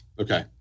Okay